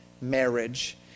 marriage